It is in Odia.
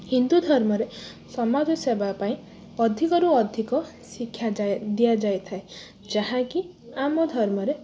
ହିନ୍ଦୁ ଧର୍ମରେ ସମାଜ ସେବା ପାଇଁ ଅଧିକରୁ ଅଧିକ ଶିକ୍ଷା ଦିଆ ଯାଇଥାଏ ଯାହାକି ଆମ ଧର୍ମରେ